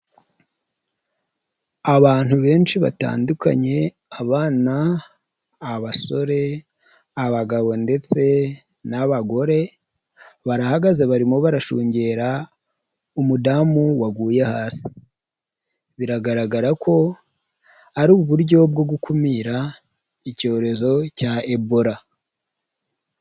Abantu benshi batandukanye, abana, abasore, abagabo ndetse n'abagore barahagaze barimo barashungera umudamu waguye hasi biragaragara ko ari uburyo bwo gukumira icyorezo cya ebola.